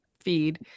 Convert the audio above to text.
feed